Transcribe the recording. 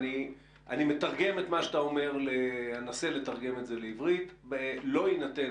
אני אנסה לתרגם את מה שאתה אומר לעברית לא יינתן